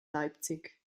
leipzig